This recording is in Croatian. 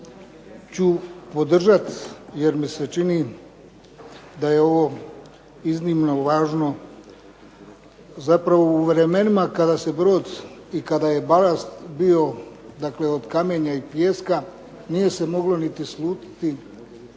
ću podržati jer mi se čini da je ovo iznimno važno. Zapravo u vremenima kada se brod i kada je balast bio od kamenja i pijeska nije se moglo niti slutiti